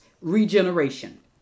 regeneration